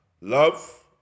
love